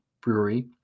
Brewery